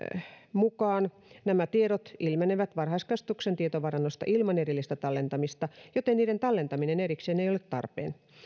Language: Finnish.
mukaan nämä tiedot ilmenevät varhaiskasvatuksen tietovarannosta ilman erillistä tallentamista joten niiden tallentaminen erikseen ei ole tarpeen